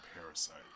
Parasite